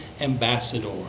ambassador